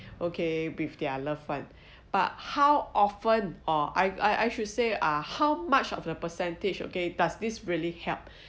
okay with their loved one but how often or I I I should say uh how much of the percentage okay does this really help